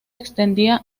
extendía